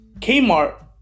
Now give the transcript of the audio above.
Kmart